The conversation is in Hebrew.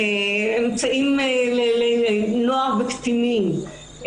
אמצעים לנוער וקטינים,